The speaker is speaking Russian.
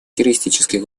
террористических